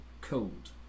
cold